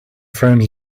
friend